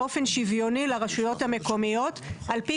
מחלקים את התקציב באופן שוויוני לרשויות המקומיות על פי